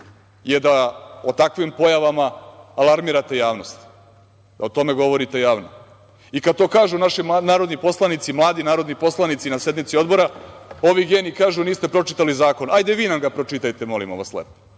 je da o takvim pojavama alarmirate javnost, da o tome govorite javno. I kada to kažu naši narodni poslanici, mladi narodni poslanici na sednici odbora, ovi geniji kažu – niste pročitali zakon. Ajde vi nam ga pročitajte, molimo vas lepo.